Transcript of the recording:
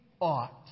ought